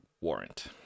warrant